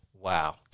Wow